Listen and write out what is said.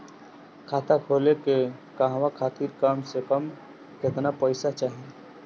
खाता खोले के कहवा खातिर कम से कम केतना पइसा चाहीं?